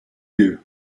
you